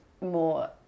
more